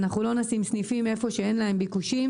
אנחנו לא נשים סניפים היכן שאין להם ביקושים